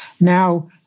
Now